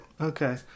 Okay